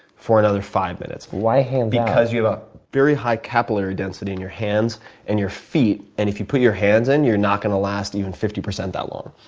for another five minutes. why hands out? because you have a very high capillary density in your hands and your feet, and if you put your hands in, you're not going to last even fifty percent that long.